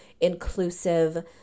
inclusive